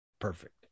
Perfect